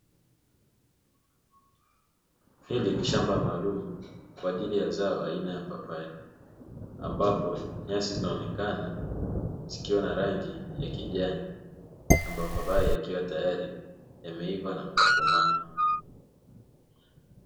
Hili ni shamba maalumu kwaajili ya zao aina ya papai, ambapo nyasi zinaonekana zikiwa na rangi ya kijani ambapo papai yakiwa tayari yameiva na kukomaa.